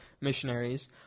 missionaries